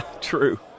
True